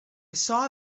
saw